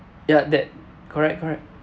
ya that correct correct